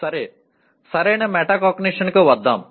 సరే సరైన మెటాకాగ్నిషన్కు వద్దాం